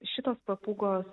šitos papūgos